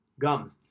gum